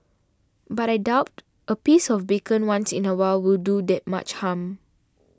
but I doubt a piece of bacon once in a while will do that much harm